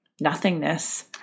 nothingness